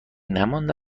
نمانده